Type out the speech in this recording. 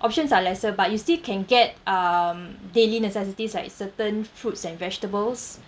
options are lesser but you still can get um daily necessities like certain fruits and vegetables